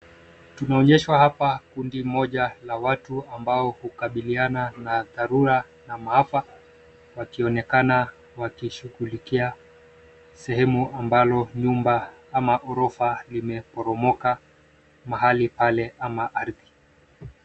Tumeonyeshwa hapa kundi moja la watu ambao hukabiliana na dharura na maafa, wakionekana wakishughulikia sehemu ambalo nyumba ama ghorofa limeporomoka, mahali pale ama ardhi.